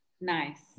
Nice